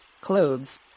clothes